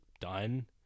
done